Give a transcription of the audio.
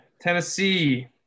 Tennessee